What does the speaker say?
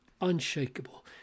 unshakable